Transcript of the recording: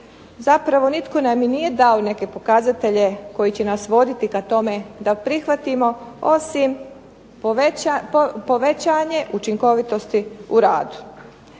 zapravo nitko nam i nije dao neke pokazatelje koji će nas voditi k tome da prihvatimo, osim povećanje učinkovitosti u radu.